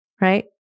right